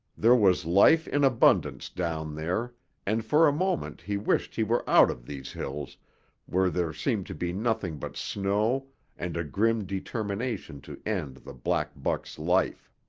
there was life in abundance down there and for a moment he wished he were out of these hills where there seemed to be nothing but snow and a grim determination to end the black buck's life.